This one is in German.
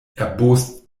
erbost